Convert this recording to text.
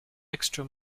extra